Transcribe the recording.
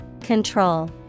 Control